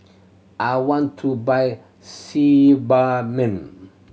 I want to buy Sebamed